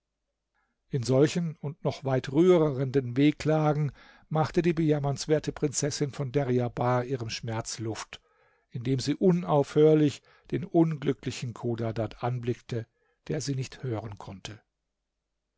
in solchen und noch weit rührenderen wehklagen machte die bejammernswerte prinzessin von deryabar ihrem schmerz luft indem sie unaufhörlich den unglücklichen chodadad anblickte der sie nicht hören konnte